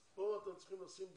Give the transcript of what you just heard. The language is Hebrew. אז פה אתם צריכים לשים דגש,